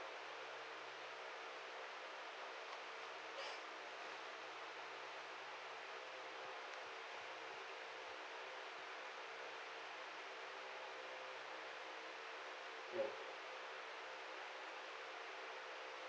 ya